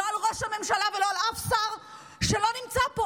לא על ראש הממשלה ולא על אף שר שלא נמצא פה,